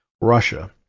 Russia